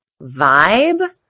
vibe